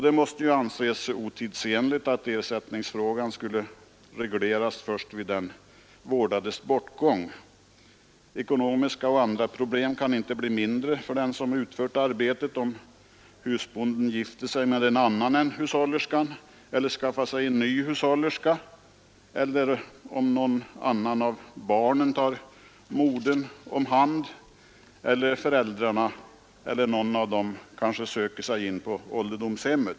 Det måste anses otidsenligt att ersättningsfrågan skulle regleras först vid den vårdades bortgång. Ekonomiska och andra problem kan inte bli mindre för den som utfört arbetet om t.ex. en husbonde gifter sig med en annan än hushållerskan eller skaffar sig en ny hushållerska, om någon av barnen tar hand om sin mor eller om ett par föräldrar eller en av dem söker sig in på ålderdomshem.